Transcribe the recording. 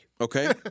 Okay